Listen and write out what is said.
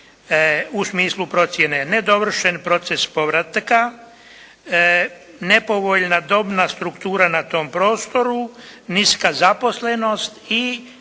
u smislu procjene nedovršen proces povratka, nepovoljna dobna struktura na tom prostoru, niska zaposlenost i